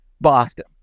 Boston